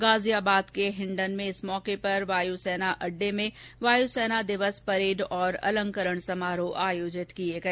गाजियाबाद के हिंडन में वायुसेना अड्डे में वायुसेना दिवस परेड और अलंकरण समारोह आयोजित किए गए